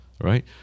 right